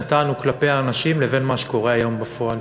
נתנו כלפי האנשים לבין מה שקורה היום בפועל.